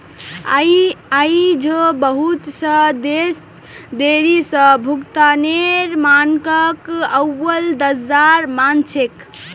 आई झो बहुत स देश देरी स भुगतानेर मानकक अव्वल दर्जार मान छेक